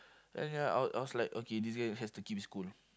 and ya I I was like okay this guy has to keep his cool